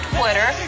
Twitter